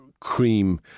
Cream